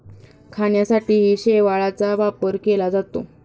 खाण्यासाठीही शेवाळाचा वापर केला जातो